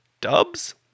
dubs